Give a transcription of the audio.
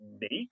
make